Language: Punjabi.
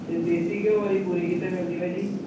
ਅਤੇ ਦੇਸੀ ਘਿਓ ਵਾਲੀ ਪੂਰੀ ਕਿੱਥੇ ਮਿਲਦੀ ਭਾਅ ਜੀ